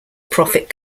profit